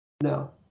No